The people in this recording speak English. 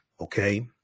okay